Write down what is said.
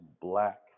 black